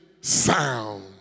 sound